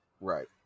right